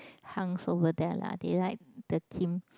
hunks over there lah they like the Kim